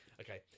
Okay